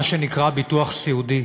מה שנקרא ביטוח סיעודי.